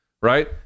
right